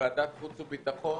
ועדת החוץ והביטחון,